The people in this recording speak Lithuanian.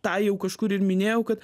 tą jau kažkur ir minėjau kad